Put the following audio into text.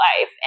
life